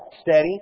steady